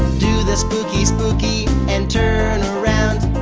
do the spooky spooky and turn around.